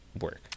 work